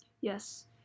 Yes